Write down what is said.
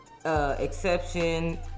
Exception